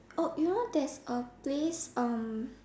oh you know there's a place um